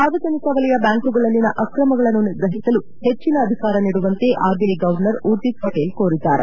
ಸಾರ್ವಜನಿಕ ವಲಯ ಬ್ಯಾಂಕ್ಗಳಲ್ಲಿನ ಅಕ್ರಮಗಳನ್ನು ನಿಗ್ರಹಿಸಲು ಹೆಚ್ಚನ ಅಧಿಕಾರ ನೀಡುವಂತೆ ಆರ್ಬಿಐ ಗವರ್ನರ್ ಊರ್ಜಿತ್ ಪಟೇಲ್ ಕೋರಿದ್ದಾರೆ